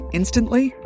instantly